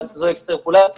אבל זו אקסטרפולציה,